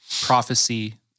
prophecy